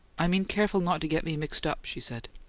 i mean careful not to get me mixed up, she said.